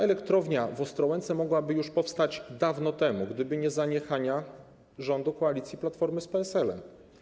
Elektrownia w Ostrołęce mogłaby już powstać dawno temu, gdyby nie zaniechania rządu koalicji Platformy z PSL-em.